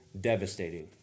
devastating